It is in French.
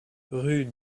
rue